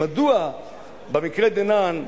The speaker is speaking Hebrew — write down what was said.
מדוע במקרה דנן,